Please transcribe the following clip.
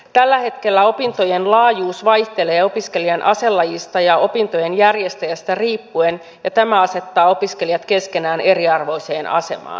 tällä hetkellä opintojen laajuus vaihtelee opiskelijan aselajista ja opintojen järjestäjästä riippuen ja tämä asettaa opiskelijat keskenään eriarvoiseen asemaan